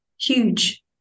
huge